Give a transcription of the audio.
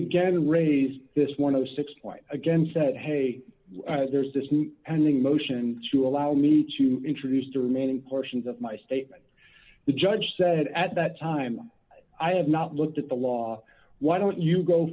again raised this one of six points again said hey there's this new pending motion to allow me to introduce the remaining portions of my statement the judge said at that time i have not looked at the law why don't you go